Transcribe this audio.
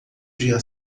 dia